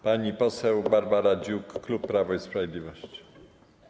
Pani poseł Barbara Dziuk, klub Prawo i Sprawiedliwość.